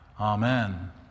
Amen